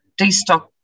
destock